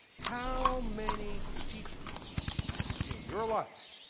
how many teachers in your life